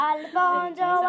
Alfonso